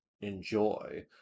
enjoy